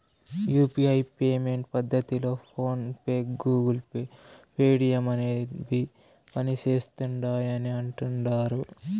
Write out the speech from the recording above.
UPI payment పద్దతిలో PhonePe, Google pay, Paytm అనేవి పనిసేస్తిండాయని అంటుడారు